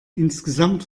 insgesamt